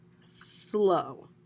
slow